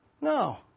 No